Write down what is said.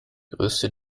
größte